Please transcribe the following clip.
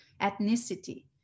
ethnicity